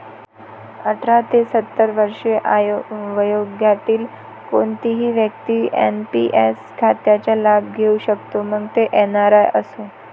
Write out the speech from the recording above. अठरा ते सत्तर वर्षे वयोगटातील कोणतीही व्यक्ती एन.पी.एस खात्याचा लाभ घेऊ शकते, मग तो एन.आर.आई असो